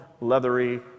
leathery